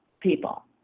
people